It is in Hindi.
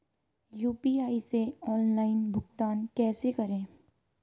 यू.पी.आई से ऑनलाइन भुगतान कैसे करें?